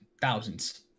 thousands